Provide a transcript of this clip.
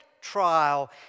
trial